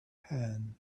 hand